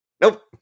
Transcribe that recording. Nope